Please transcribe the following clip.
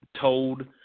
told